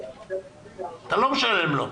אתה לא משלם לו?